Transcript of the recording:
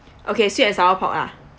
okay sweet and sour pork lah